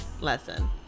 lesson